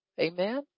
Amen